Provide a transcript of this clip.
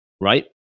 right